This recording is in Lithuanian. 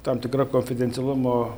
tam tikra konfidencialumo